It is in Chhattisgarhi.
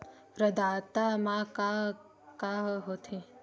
प्रदाता मा का का हो थे?